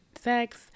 sex